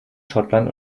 schottland